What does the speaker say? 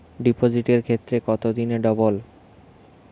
ডিপোজিটের ক্ষেত্রে কত দিনে ডবল?